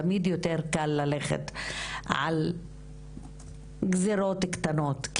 תמיד יותר קל ללכת על גזרות קטנות,